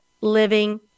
living